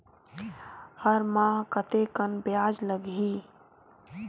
हर माह कतेकन ब्याज लगही?